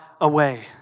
away